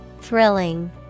thrilling